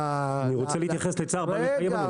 אני רוצה להתייחס לצער בעלי חיים לפני